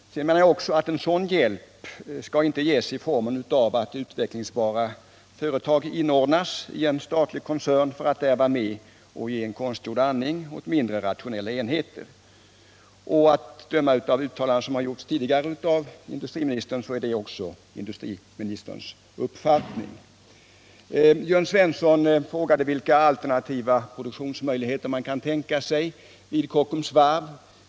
Jag menar också att hjälp inte skall lämnas i sådan form att utvecklingsbara företag inordnas i en statlig koncern för att där vara med och ge konstgjord andning åt mindre rationella enheter. Att döma av tidigare uttalanden av industriministern är det också hans uppfattning. Jörn Svensson frågade vilka alternativa produktionsmöjligheter man kan tänka sig vid Kockums varv.